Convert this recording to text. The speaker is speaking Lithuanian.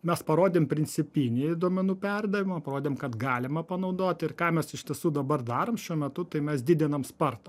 mes parodėm principinėje duomenų perdavimo parodėm kad galima panaudoti ir ką mes iš tiesų dabar darom šiuo metu tai mes didinam spartą